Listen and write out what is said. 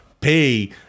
pay